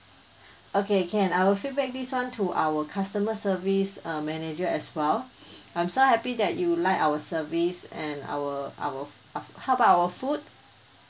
okay can I will feedback this [one] to our customer service uh manager as well I'm so happy that you like our service and our our uh how about our food